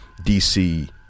DC